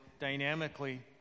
dynamically